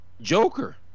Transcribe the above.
joker